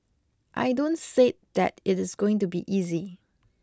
I don't said that it is going to be easy